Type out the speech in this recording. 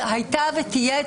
שהייתה ותהיה,